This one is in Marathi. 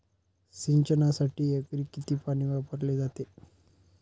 सिंचनासाठी एकरी किती पाणी वापरले जाते?